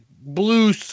blue